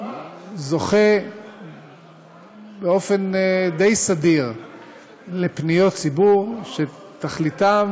זוכה באופן די סדיר לפניות ציבור שתכליתן